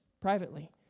privately